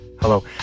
Hello